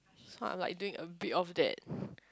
is not like doing a bit of that